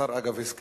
השר, אגב, הסכים.